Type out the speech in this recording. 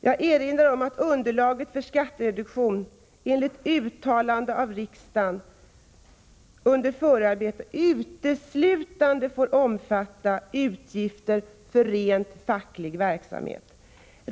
Jag erinrar om att underlaget för skattereduktion, enligt uttalande av riksdagen under förarbetet, uteslutande får omfatta utgifter för rent facklig verksamhet.